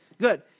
Good